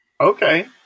Okay